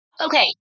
Okay